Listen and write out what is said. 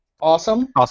awesome